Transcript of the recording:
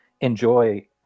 enjoy